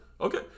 Okay